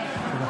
תודה.